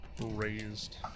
raised